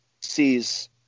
sees